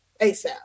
ASAP